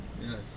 Yes